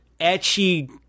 etchy